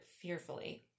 fearfully